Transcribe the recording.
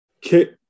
kick